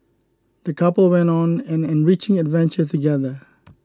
the couple went on an enriching adventure together